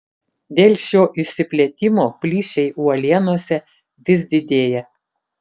dėl šio išsiplėtimo plyšiai uolienose vis didėja